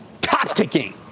top-ticking